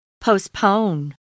Postpone